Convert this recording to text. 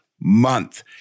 month